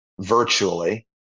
Virtually